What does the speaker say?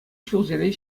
ҫулсерен